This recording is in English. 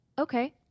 okay